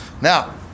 now